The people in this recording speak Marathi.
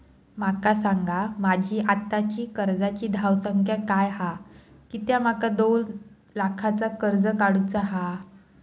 माका सांगा माझी आत्ताची कर्जाची धावसंख्या काय हा कित्या माका दोन लाखाचा कर्ज काढू चा हा?